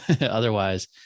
otherwise